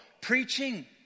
preaching